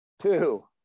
Two